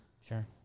Sure